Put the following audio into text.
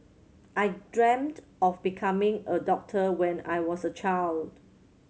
I dreamt of becoming a doctor when I was a child